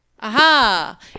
Aha